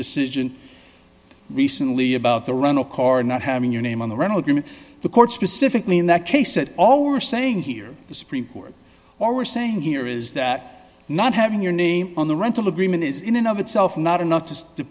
decision recently about the rental car not having your name on the rental agreement the court specifically in that case said all we're saying here the supreme court or we're saying here is that not having your name on the rental agreement is in and of itself not enough